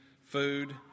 food